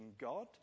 god